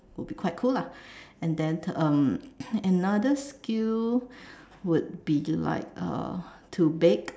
would be quite cool lah and then um another skill would be to like uh to bake